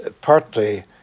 partly